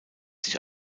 sich